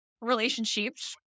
relationships